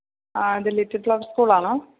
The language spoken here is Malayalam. ആ ഇത് ലിറ്റിൽ ഫ്ലവർ സ്കൂളാണോ